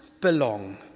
belong